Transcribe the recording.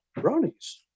brownies